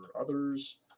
others